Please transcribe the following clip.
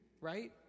right